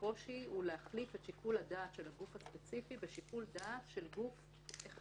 הקושי הוא להחליף את שיקול הדעת של הגוף הספציפי בשיקול דעת של גוף אחד.